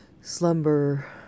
slumber